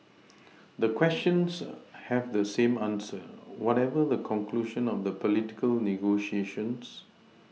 the questions have the same answer whatever the conclusion of the political negotiations